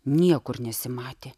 niekur nesimatė